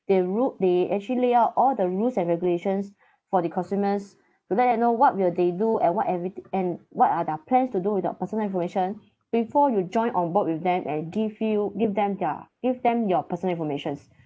their rule they actually laid out all the rules and regulations for the consumers to let them know what will they do and what ever~ and what are their plans to do with the personal information before you join on board with them and give you give them their give them your personal informations